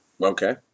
Okay